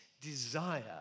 desire